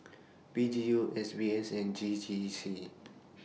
P G U S B S and J J C